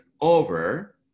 over